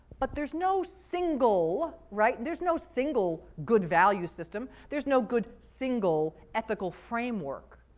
but there's no single, right? and there's no single good value system. there's no good single ethical framework.